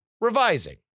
revising